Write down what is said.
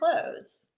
clothes